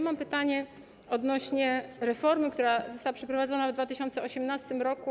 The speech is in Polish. Mam pytanie odnośnie do reformy, która została przeprowadzona w 2018 r.